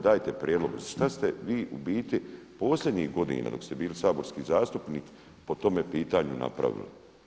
Dajte prijedlog, šta ste vi u biti posljednjih godina dok ste bili saborski zastupnik po tome pitanju napravili?